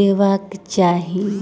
देबाक चाहि?